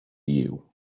you